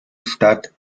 stadt